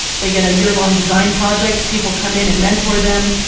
they get a year long design project, people come in and mentor them,